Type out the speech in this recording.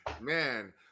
man